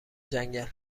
جنگل